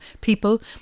people